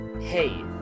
Hey